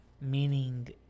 Meaning